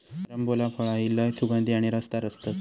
carambola फळा ही लय सुगंधी आणि रसदार असतत